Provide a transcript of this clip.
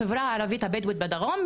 החברה הערבית הבדווית בדרום,